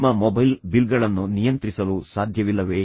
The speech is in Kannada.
ನಿಮ್ಮ ಮೊಬೈಲ್ ಬಿಲ್ಗಳನ್ನು ನಿಯಂತ್ರಿಸಲು ಸಾಧ್ಯವಿಲ್ಲವೇ